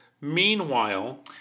Meanwhile